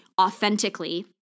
authentically